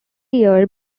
year